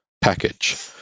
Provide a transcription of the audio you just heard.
package